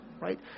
Right